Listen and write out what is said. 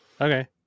Okay